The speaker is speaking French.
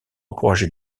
encouragé